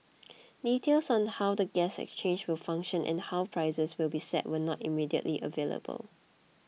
details on how the gas exchange will function and how prices will be set were not immediately available